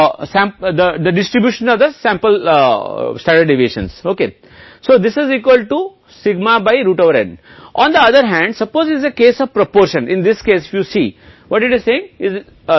अब यह 5 आत्मविश्वास स्तर के लिए महत्वपूर्ण मूल्य 196 है अब मान लीजिए कि आप गणना कर रहे हैं Z के लिए मान कहीं 202 या 5 पर आता है